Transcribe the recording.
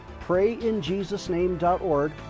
PrayInJesusName.org